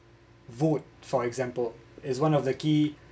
vote for example is one of the key